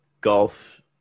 golf